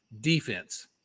defense